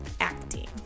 Acting